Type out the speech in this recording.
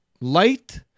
light